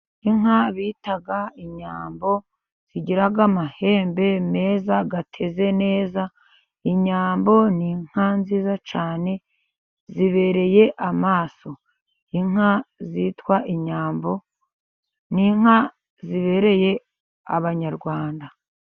Inka bita inyambo, zigira amahembe meza ateze neza, inyambo ni inka nziza cyane, zibereye amaso, inka zitwa inyambo, ni inka zibereye abanyarwanda.